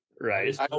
Right